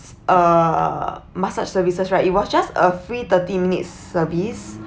uh massage services right it was just a free thirty minutes service